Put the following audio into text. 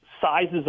sizes